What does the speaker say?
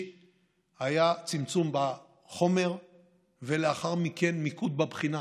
היה צמצום בחומר ולאחר מכן מיקוד בבחינה,